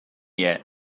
yet